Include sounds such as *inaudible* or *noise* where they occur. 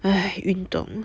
*breath* 运动